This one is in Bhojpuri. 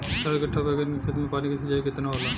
चार कट्ठा बैंगन के खेत में पानी के सिंचाई केतना होला?